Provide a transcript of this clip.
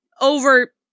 over